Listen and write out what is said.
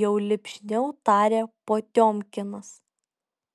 jau lipšniau tarė potiomkinas